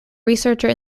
researcher